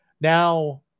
Now